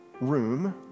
room